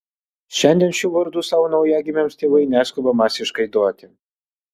šiandien šių vardų savo naujagimiams tėvai neskuba masiškai duoti